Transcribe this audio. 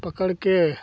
पकड़ कर